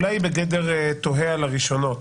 אולי בגדר תוהה על הראשונות,